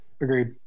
agreed